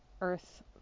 earth